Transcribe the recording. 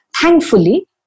Thankfully